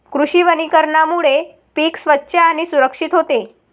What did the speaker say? कृषी वनीकरणामुळे पीक स्वच्छ आणि सुरक्षित होते